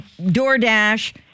DoorDash